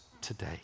today